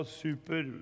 super